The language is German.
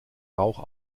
rauch